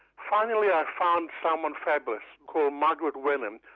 finally i found someone fabulous called margaret wenham,